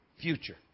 future